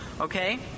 okay